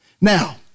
Now